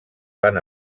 van